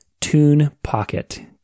TunePocket